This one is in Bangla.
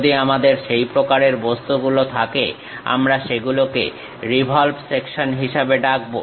যদি আমাদের সেই প্রকারের বস্তুগুলো থাকে আমরা সেগুলোকে রিভলভ সেকশন হিসাবে ডাকবো